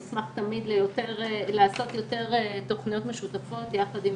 נשמח תמיד לעשות יותר תוכניות משותפות ביחד עם